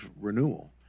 renewal